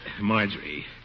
Marjorie